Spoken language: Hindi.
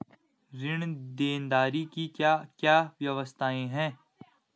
ऋण देनदारी की क्या क्या व्यवस्थाएँ हैं?